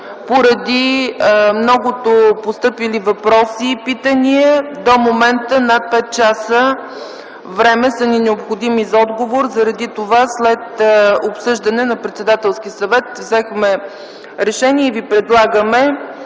Поради многото постъпили въпроси и питания до момента са ни необходими над пет часа време за отговор. Заради това, след обсъждане на Председателския съвет, взехме решение и ви предлагаме